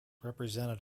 represented